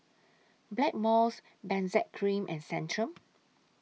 Blackmores Benzac Cream and Centrum